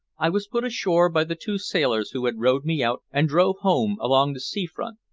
i was put ashore by the two sailors who had rowed me out and drove home along the sea-front,